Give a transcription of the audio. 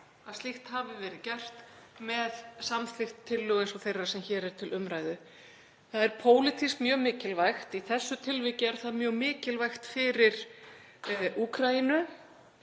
að slíkt hafi verið gert, með samþykkt tillögu eins og þeirrar sem hér er til umræðu. Það er pólitískt mjög mikilvægt. Í þessu tilviki er það mjög mikilvægt fyrir Úkraínu